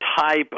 type